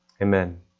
Amen